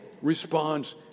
responds